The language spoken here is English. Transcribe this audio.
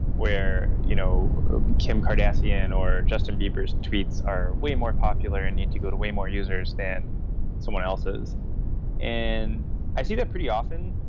where you know kim kardashian or justin bieber s tweets are way more popular and need to go to way more users than someone else's and i see that pretty often,